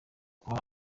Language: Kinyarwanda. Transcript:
kuba